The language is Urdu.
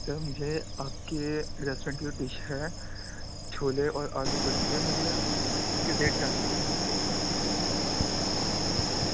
سر مجھے آپ کے ریسٹورینٹ کی جو ڈش ہے چھولے اور آلو کلچے مجھے اس کے ریٹ جاننے تھے